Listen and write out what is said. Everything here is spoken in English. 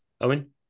Owen